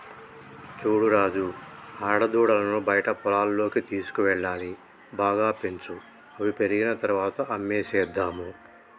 చూడు రాజు ఆడదూడలను బయట పొలాల్లోకి తీసుకువెళ్లాలి బాగా పెంచు అవి పెరిగిన తర్వాత అమ్మేసేద్దాము